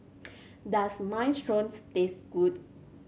does Minestrone taste good